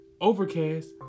Overcast